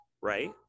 right